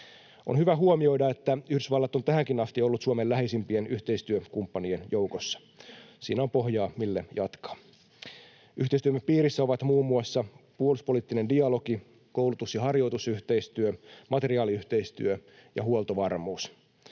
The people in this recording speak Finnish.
On hyvä huomioida, että Yhdysvallat on tähänkin asti ollut Suomen läheisimpien yhteistyökumppanien joukossa. Siinä on pohjaa mille jatkaa. Yhteistyömme piirissä ovat muun muassa puolustuspoliittinen dialogi, koulutus- ja harjoitusyhteistyö, materiaaliyhteistyö ja huoltovarmuus.